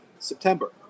September